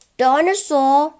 dinosaur